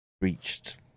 reached